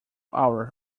hour